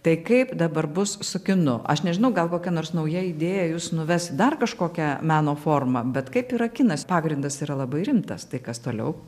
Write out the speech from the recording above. tai kaip dabar bus su kinu aš nežinau gal kokia nors nauja idėja jus nuves dar kažkokia meno forma bet kaip yra kinas pagrindas yra labai rimtas tai kas toliau